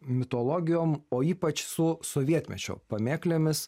mitologijom o ypač su sovietmečio pamėklėmis